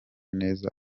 neza